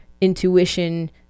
intuition